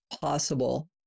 possible